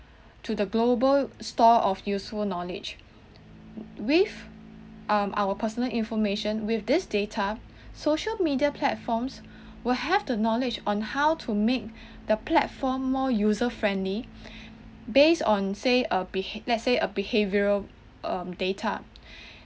to the global store of useful knowledge with um our personal information with this data social media platforms will have the knowledge on how to make the platform more user friendly based on say a behav~ let's say a behavioural um data